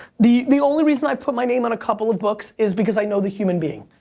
the the only reason i've put my name on a couple of books, is because i know the human being.